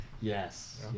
Yes